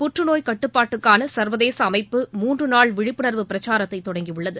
புற்றநோய் கட்டுப்பாட்டுக்கான சர்வதேச அமைப்பு மூன்று நாள் விழிப்புணர்வு பிரச்சாரத்தை தொடங்கியுள்ளது